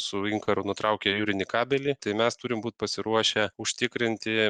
su inkaru nutraukė jūrinį kabelį tai mes turim būt pasiruošę užtikrinti